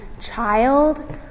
child